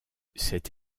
cette